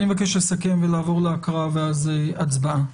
אני מבקש לסכם ולעבור להקראה ולאחר מכן להצבעה.